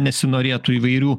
nesinorėtų įvairių